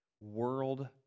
world